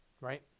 right